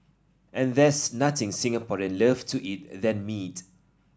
and there's nothing Singaporean love to eat than meat